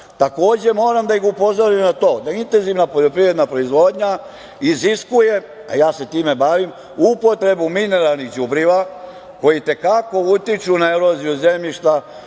bašte. Takođe, moram da ih upozorim na to da intenzivna poljoprivredna proizvodnja iziskuje, a ja se time bavim, upotrebu mineralnih đubriva koji i te kako utiču na eroziju zemljišta,